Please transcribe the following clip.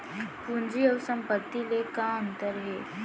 पूंजी अऊ संपत्ति ले का अंतर हे?